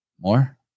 More